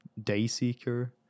Dayseeker